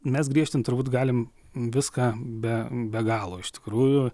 mes griežtint turbūt galime viską be be galo iš tikrųjų